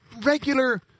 regular